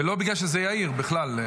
ולא בגלל שזה יאיר, בכלל.